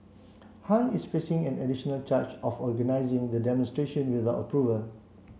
Han is facing an additional charge of organizing the demonstration without approval